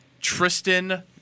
Tristan